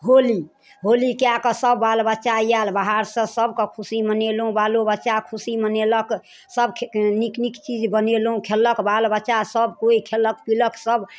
होली होली कए कऽ सब बाल बच्चा आयल बाहरसँ सबके खुशी मनेलहुँ बालो बच्चा खुशी मनेलक सब नीक नीक चीज बनेलहु खेलक बाल बच्चा सब कोइ खेलक पीलक सब